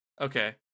Okay